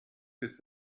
biss